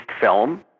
film